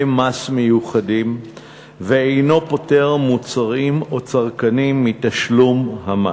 מס מיוחדים ואינו פוטר מוצרים או צרכנים מתשלום המס.